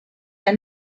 han